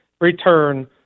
return